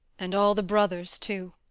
and all the brothers too